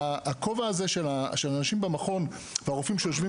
הכובע הזה של האנשים במכון והרופאים שיושבים